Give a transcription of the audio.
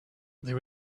there